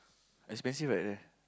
expensive right there